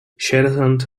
sierżant